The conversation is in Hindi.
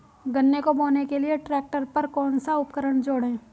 गन्ने को बोने के लिये ट्रैक्टर पर कौन सा उपकरण जोड़ें?